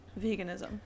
Veganism